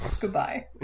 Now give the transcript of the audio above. Goodbye